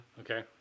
Okay